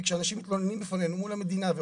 כי אנשים מתלוננים בפנינו מול המדינה.